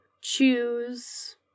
choose